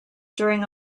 during